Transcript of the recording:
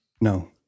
No